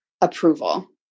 approval